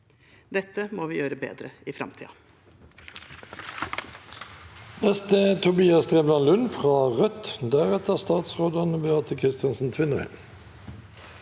Dette må vi gjøre bedre i framtiden.